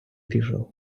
пішов